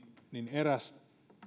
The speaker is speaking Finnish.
eräs